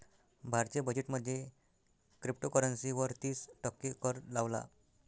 भारतीय बजेट मध्ये क्रिप्टोकरंसी वर तिस टक्के कर लावला